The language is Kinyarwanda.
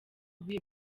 bihe